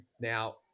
Now